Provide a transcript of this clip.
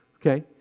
Okay